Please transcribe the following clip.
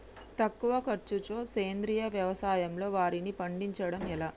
తక్కువ ఖర్చుతో సేంద్రీయ వ్యవసాయంలో వారిని పండించడం ఎలా?